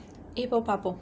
எப்ப பாப்போம்:eppa paappom